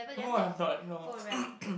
no I'm not no